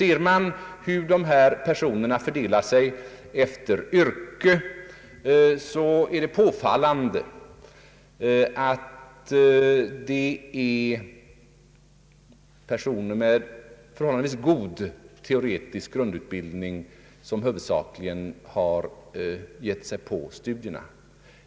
Om man studerar yrkesfördelningen bland dessa personer, finner man att det är påfallande många med förhållandevis god teoretisk grundutbildning som påbörjat studier.